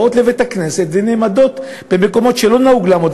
באות לבית-הכנסת ונעמדות במקומות שלא נהוג לעמוד,